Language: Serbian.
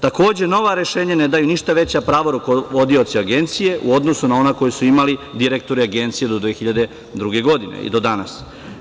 Takođe, nova rešenja ne daju ništa veća prava rukovodioca Agencije u odnosu na ona koja su imali direktori Agencije do 2002. godine i do danas.